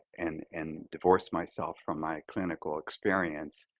and and divorce myself from my clinical experience